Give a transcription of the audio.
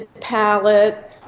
palette